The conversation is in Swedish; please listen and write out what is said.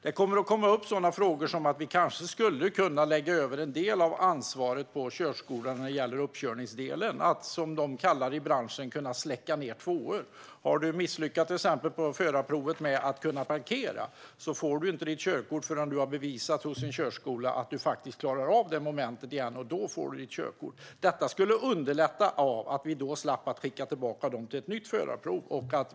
Det kommer att komma upp frågor som att vi kanske skulle kunna lägga över en del av ansvaret på körskolorna när det gäller uppkörningsdelen - att, som de kallar det i branschen, kunna släcka 2:or. Har du till exempel misslyckats med att parkera på förarprovet får du inte ditt körkort förrän du har bevisat hos en körskola att du faktiskt klarar av det momentet. Detta skulle underlätta genom att vi då slapp skicka de personerna på ett nytt förarprov.